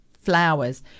flowers